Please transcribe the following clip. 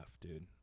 dude